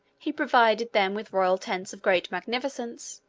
he provided them with royal tents of great magnificence,